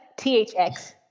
THX